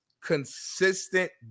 consistent